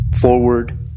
Forward